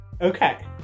Okay